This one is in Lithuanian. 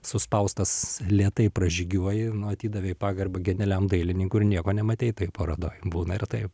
suspaustas lėtai pražygiuoji nu atidavei pagarbą genialiam dailininkui ir nieko nematei toj parodoj būna ir taip